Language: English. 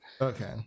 okay